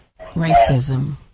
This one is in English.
racism